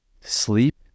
sleep